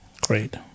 Great